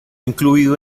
incluido